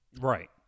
Right